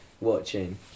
watching